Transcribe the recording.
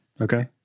Okay